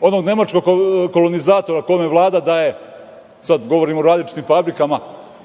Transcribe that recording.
onog nemačkog kolonizatora kome Vlada daje, sad govorim o različitim fabrikama,